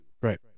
Right